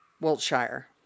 Wiltshire